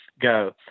go